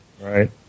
Right